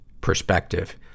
perspective